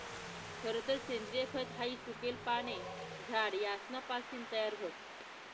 खरतर सेंद्रिय खत हाई सुकेल पाने, झाड यासना पासीन तयार व्हस